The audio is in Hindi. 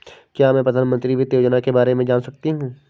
क्या मैं प्रधानमंत्री वित्त योजना के बारे में जान सकती हूँ?